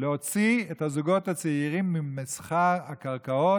להוציא את הזוגות הצעירים ממסחר הקרקעות,